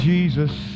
Jesus